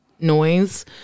noise